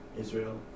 Israel